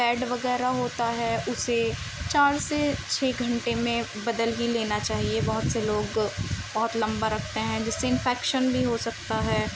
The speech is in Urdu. پیڈ وغیرہ ہوتا ہے اسے چار سے چھ گھنٹے میں بدل ہی لینا چاہیے بہت سے لوگ بہت لمبا رکھتے ہیں جس سے انفیکشن بھی ہو سکتا ہے